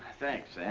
thanks, sam.